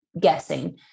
guessing